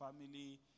family